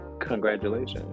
Congratulations